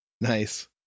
Nice